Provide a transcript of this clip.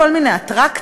כל מיני אטרקציות,